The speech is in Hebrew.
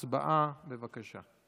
הצבעה, בבקשה.